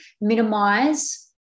minimize